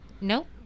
Nope